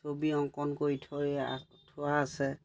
ছবি অংকন কৰি থৈ থোৱা আছে